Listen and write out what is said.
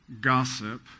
gossip